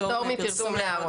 סליחה, פטור מפרסום להערות.